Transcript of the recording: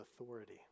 authority